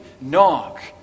knock